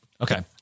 Okay